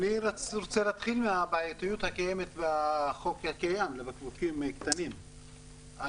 אני רוצה להתחיל מהבעייתיות הקיימת בחוק הקיים לבקבוקים קטנים,